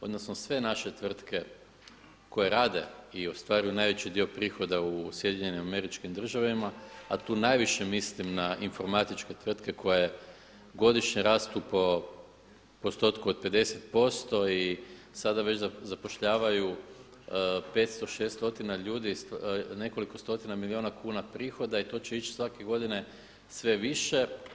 Odnosno sve naše tvrtke koje rade i ostvaruju najveći dio prihoda u SAD-u a tu najviše mislim na informatičke tvrtke koje godišnje rastu po postotku od 50% i sada već zapošljavaju 500, 600 ljudi, nekoliko stotina milijuna prihoda i to će ići svake godine sve više.